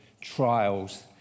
trials